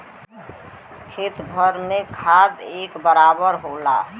खेत भर में खाद एक बराबर होला